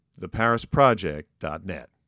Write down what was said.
theparisproject.net